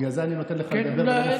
בגלל זה אני נותן לך לדבר ולא מפריע,